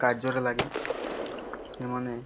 କାର୍ଯ୍ୟରେ ଲାଗେ ସେମାନେ